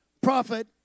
prophet